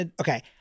Okay